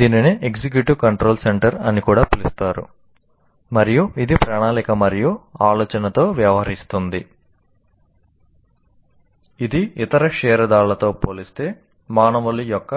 దీనిని executive control centre అని కూడా పిలుస్తారు మరియు ఇది ప్రణాళిక మరియు ఆలోచనతో వ్యవహరిస్తుంది ఇది ఇతర క్షీరదాలతో పోలిస్తే మానవుల యొక్క